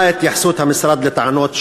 1. מה היא התייחסות המשרד לטענות שהועלו?